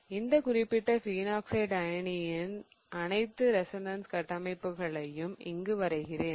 இந்த குறிப்பிட்ட பினாக்ஸைடு அயனியின் அனைத்து ரெசோனன்ஸ் கட்டமைப்புகளையும் இங்கு வரைகிறேன்